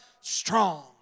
strong